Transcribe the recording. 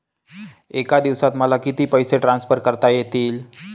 एका दिवसात मला किती पैसे ट्रान्सफर करता येतील?